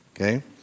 okay